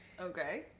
okay